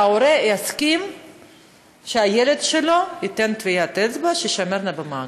שההורה יסכים שהילד שלו ייתן טביעת אצבע שתישמר במאגר.